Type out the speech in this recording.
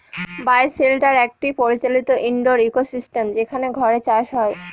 বায় shelter একটি পরিচালিত indoor ecosystem যেখানে ঘরে চাষ হয়